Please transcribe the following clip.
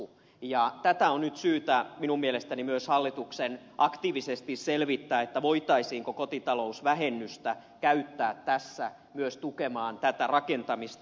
tätä on nyt syytä minun mielestäni myös hallituksen aktiivisesti selvittää voitaisiinko kotitalousvähennystä käyttää tässä myös tukemaan tätä rakentamista